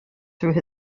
through